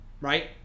right